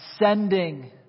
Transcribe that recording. ascending